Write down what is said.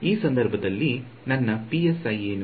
ಈ ಸಂದರ್ಭದಲ್ಲಿ ನನ್ನ ಪಿಎಸ್ಐ ಏನು